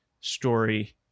story